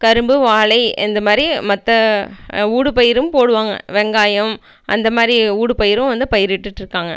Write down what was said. கரும்பு வாழை இந்த மாரி மற்ற ஊடு பயிரும் போடுவாங்க வெங்காயம் அந்த மாரி ஊடு பயிரும் வந்து பயிரிட்டுட்ருக்காங்க